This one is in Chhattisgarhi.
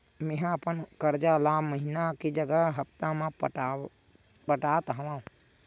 मेंहा अपन कर्जा ला महीना के जगह हप्ता मा पटात हव